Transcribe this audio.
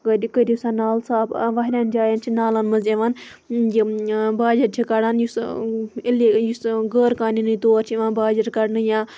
کٔرِو سا نالہٕ صاف واریہَن جایَن چھ نالَن مَنٛز یِوان یِم باجِر چھِ کَڑان یُس اِللی یُس غٲر قانوٗنی طور چھِ یِوان باجِر کَڑنہٕ یا